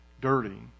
dirty